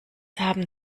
haben